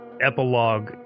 epilogue